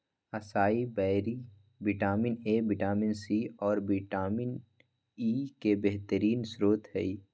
acai berry vitamin A, vitamin C, और vitamin E के बेहतरीन स्त्रोत हई